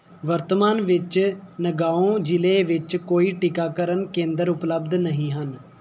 ਵਰਤਮਾਨ ਵਿੱਚ ਨਗਾਓਂ ਜ਼ਿਲ੍ਹੇ ਵਿੱਚ ਕੋਈ ਟੀਕਾਕਰਨ ਕੇਂਦਰ ਉਪਲਬਧ ਨਹੀਂ ਹਨ